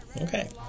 Okay